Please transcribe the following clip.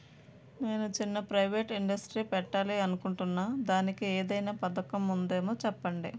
నేను చిన్న private industry పెట్టాలి అనుకుంటున్నా దానికి ఏదైనా పథకం ఉందేమో చెప్పండి?